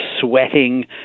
sweating